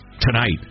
tonight